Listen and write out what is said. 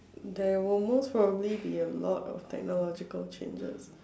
there will most probably be a lot of technological changes